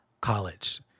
college